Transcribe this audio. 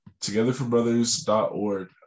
Togetherforbrothers.org